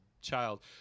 child